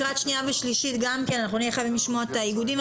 אנחנו לקראת שנייה ושלישית נהיה חייבים לשמוע את האיגודים.